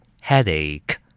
Headache